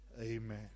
Amen